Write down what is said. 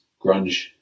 grunge